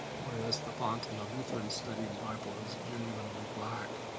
whereas the font in the lutheran study bible is genuinely black.